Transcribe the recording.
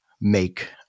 make